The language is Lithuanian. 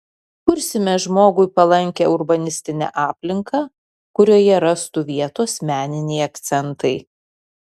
kursime žmogui palankią urbanistinę aplinką kurioje rastų vietos meniniai akcentai